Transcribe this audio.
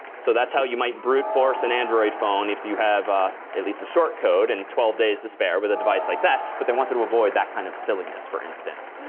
so that's how you might brute force an android phone if you have ah at least a short code and twelve days to spare with a device like that, but they wanted to avoid that kind of silliness, for instance.